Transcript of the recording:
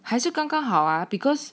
还是刚刚好 ah because